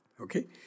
Okay